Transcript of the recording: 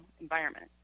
environment